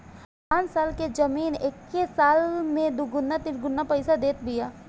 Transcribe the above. पाँच लाख के जमीन एके साल में दुगुना तिगुना पईसा देत बिया